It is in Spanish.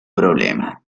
problema